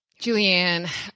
Julianne